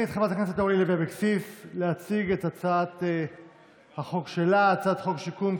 הצעת חוק שיקום,